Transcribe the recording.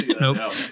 Nope